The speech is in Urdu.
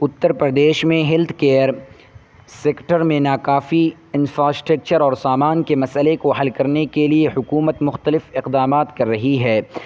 اتر پردیش میں ہیلتھ کیئر سیکٹر میں ناکافی انفاسٹکچر اور سامان کے مسٔلے کو حل کرنے کے لیے حکومت مختلف اقدامات کر رہی ہے